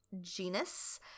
genus